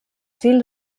fill